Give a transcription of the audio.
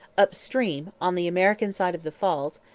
up-stream, on the american side of the falls,